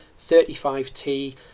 35T